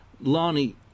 Lonnie